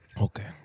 Okay